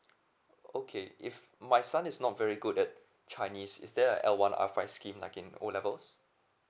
okay if my son is not very good at chinese is there a L one R five scheme like in O levels